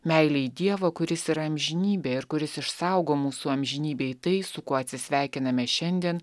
meilei dievo kuris yra amžinybė ir kuris išsaugo mūsų amžinybėj tai su kuo atsisveikiname šiandien